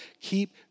Keep